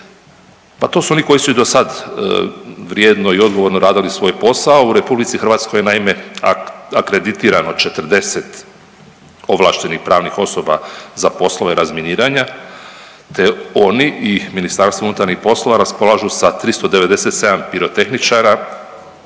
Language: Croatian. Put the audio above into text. Pa to su oni koji su i dosad vrijedno i odgovorno radili svoj posao. U RH naime je akreditirano 40 ovlaštenih pravnih osoba za poslove razminiranja te oni i MUP raspolažu sa 397 pirotehničara,